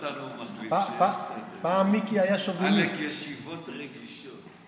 רק אותנו הוא מחליף, עלק, ישיבות רגישות.